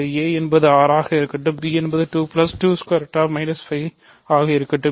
a என்பது 6 ஆக இருக்கட்டும் b என்பது 2 2 ✓ 5 ஆக இருக்கட்டும்